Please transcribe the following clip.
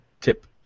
tip